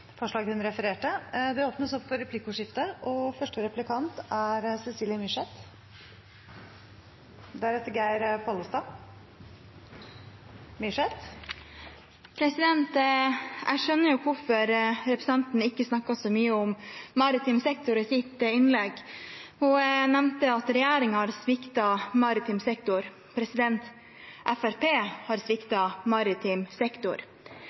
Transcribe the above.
hun refererte til. Det blir replikkordskifte. Jeg skjønner jo hvorfor representanten ikke snakker så mye om maritim sektor i sitt innlegg. Hun nevnte at regjeringen har sviktet maritim sektor. Fremskrittspartiet har sviktet maritim sektor.